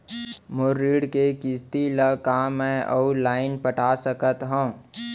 मोर ऋण के किसती ला का मैं अऊ लाइन पटा सकत हव?